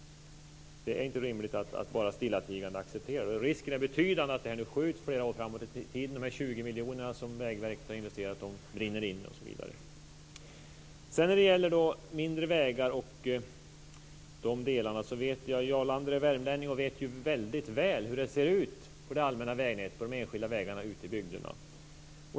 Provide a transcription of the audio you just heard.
Det är inte rimligt att bara stillatigande acceptera. Risken är betydande att det här nu skjuts flera år framåt i tiden. De här 20 miljonerna som Vägverket har investerat brinner inne osv. Sedan gäller det de mindre vägarna och de delarna. Jarl Lander är ju värmlänning och vet väldigt väl hur det ser på det allmänna vägnätet och på de enskilda vägarna ute i bygderna.